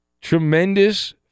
Tremendous